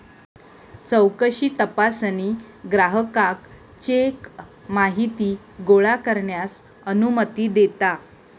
चौकशी तपासणी ग्राहकाक चेक माहिती गोळा करण्यास अनुमती देता